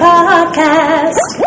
Podcast